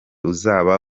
uzaba